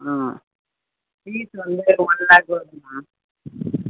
ஆ fees வந்து one lakh வருமா